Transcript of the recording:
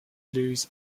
loose